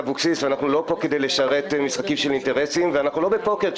אביגדור אמר: "יש לי פתרון ל-50".